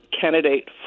candidate